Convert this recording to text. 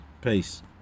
Peace